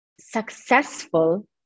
successful